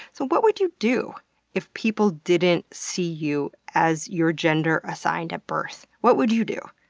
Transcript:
so, what would you do if people didn't see you as your gender assigned at birth? what would you do?